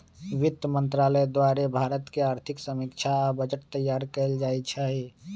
वित्त मंत्रालय द्वारे भारत के आर्थिक समीक्षा आ बजट तइयार कएल जाइ छइ